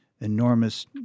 enormous